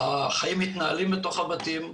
החיים מתנהלים בתוך הבתים.